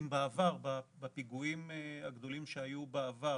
בפיגועים הגדולים שהיו בעבר